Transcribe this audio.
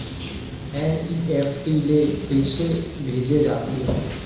NEFT ले कइसे भेजे जाथे?